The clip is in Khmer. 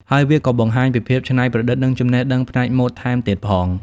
ហើយវាក៏បង្ហាញពីភាពច្នៃប្រឌិតនិងចំណេះដឹងផ្នែកម៉ូដថែមទៀតផង។